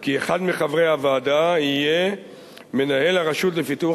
כי אחד מחברי הוועדה יהיה מנהל הרשות לפיתוח